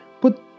put